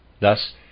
Thus